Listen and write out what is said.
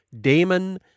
Damon